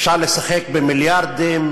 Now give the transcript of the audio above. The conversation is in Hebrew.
אפשר לשחק במיליארדים,